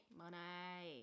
money